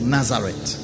Nazareth